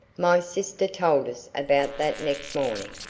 my sister told us about that next morning,